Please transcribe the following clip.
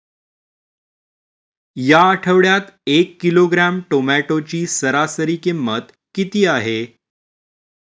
या आठवड्यात एक किलोग्रॅम टोमॅटोची सरासरी किंमत किती आहे?